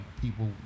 people